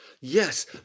Yes